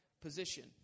position